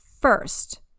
first